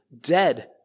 dead